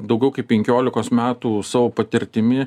daugiau kaip penkiolikos metų savo patirtimi